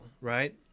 right